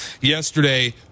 yesterday